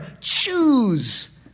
Choose